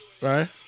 right